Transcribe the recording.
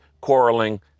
quarreling